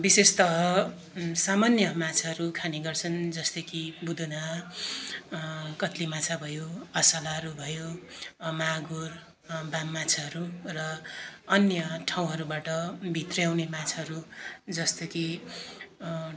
विशेषतः सामान्य माछाहरू खाने गर्छन् जस्तो कि बुदुना कत्ले माछा भयो असलाहरू भयो मागुर बाम माछाहरू र अन्य ठाउँहरूबाट भित्र्याउने माछाहरू जस्तो कि